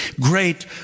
great